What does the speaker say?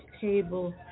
table